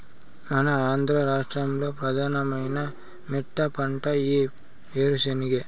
మన ఆంధ్ర రాష్ట్రంలో ప్రధానమైన మెట్టపంట ఈ ఏరుశెనగే